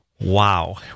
Wow